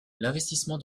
l’investissement